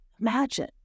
Imagine